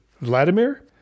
Vladimir